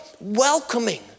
welcoming